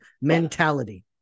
mentality